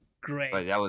Great